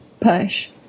push